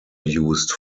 used